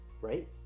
right